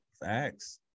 Facts